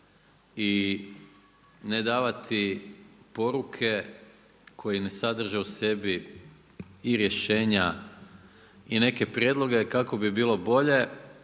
i ne davati poruke koje ne sadrže u sebi i rješenja i neke prijedloge kako bi bilo bolje